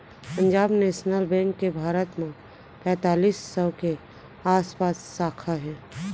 Punjab national bank के भारत म पैतालीस सौ के आसपास साखा हे